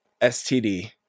STD